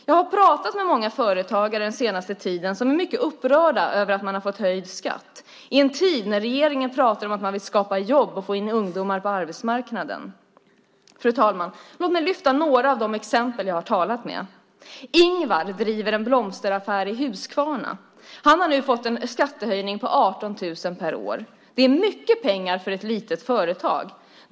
Jag har pratat med många företagare den senaste tiden som är mycket upprörda över att de har fått höjd skatt i en tid när regeringen pratar om att man vill skapa jobb och få in ungdomar på arbetsmarknaden. Fru talman! Låt mig lyfta fram några exempel på småföretagare jag har talat med. Ingvar driver en blomsteraffär i Huskvarna. Han har nu fått en skattehöjning på 18 000 kronor per år. Det är mycket pengar för ett litet företag.